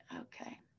okay